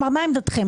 מה עמדתכם?